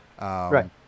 Right